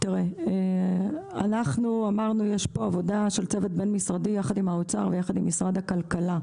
יש פה עבודה של צוות בין משרדי יחד עם האוצר ויחד עם משרד הכלכלה.